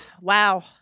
Wow